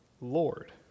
Lord